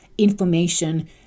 Information